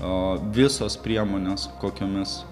o visos priemonės kokiomis